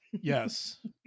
Yes